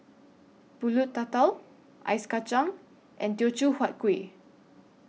Pulut Tatal Ice Kachang and Teochew Huat Kuih